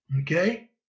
Okay